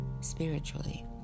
spiritually